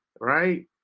right